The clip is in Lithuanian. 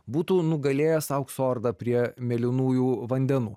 būtų nugalėjęs aukso ordą prie mėlynųjų vandenų